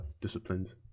disciplines